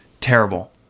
terrible